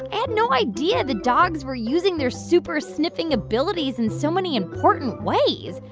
i had no idea the dogs were using their super-sniffing abilities in so many important ways.